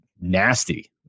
nasty